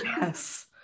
Yes